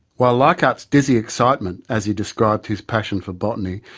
while leichhardt's dizzy excitement, as he described his passion for botany,